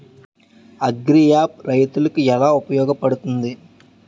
Agri app రైతులకి ఏలా ఉపయోగ పడుతుంది?